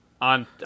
on